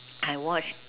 I watch